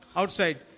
outside